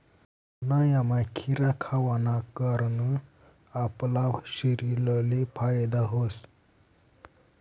उन्हायामा खीरा खावाना कारण आपला शरीरले फायदा व्हस